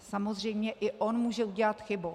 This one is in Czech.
Samozřejmě i on může udělat chybu.